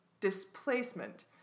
displacement